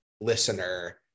listener